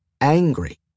angry